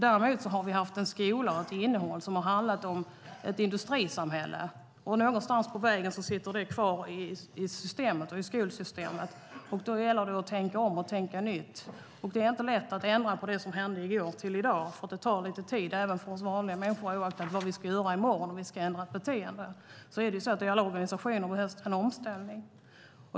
Däremot har vi haft en skola och ett innehåll som har handlat om ett industrisamhälle, och på något sätt sitter det kvar i skolsystemet. Då gäller det att tänka om och tänka nytt. Det är inte lätt att ändra på det som hände i går till i dag, för det tar lite tid även för oss vanliga människor. Oaktat vad vi ska göra i morgon, om vi ska ändra ett beteende, behövs det i alla organisationer en omställning.